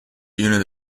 unit